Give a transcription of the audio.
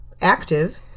active